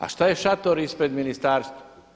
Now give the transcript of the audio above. A što je šator ispred ministarstva?